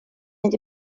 mynd